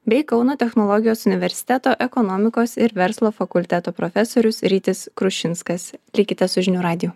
bei kauno technologijos universiteto ekonomikos ir verslo fakulteto profesorius rytis krušinskas likite su žinių radiju